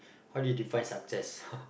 how do you define success